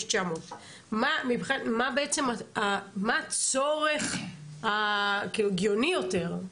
יש 900. מה בעצם הצורך ההגיוני יותר,